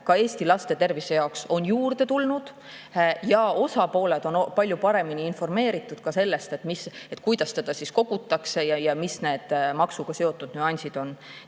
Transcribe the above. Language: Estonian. ka Eesti laste tervise jaoks, on juurde tulnud. Osapooled on palju paremini informeeritud ka sellest, kuidas seda maksu kogutakse ja mis need maksuga seotud nüansid on.